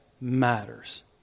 matters